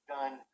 Done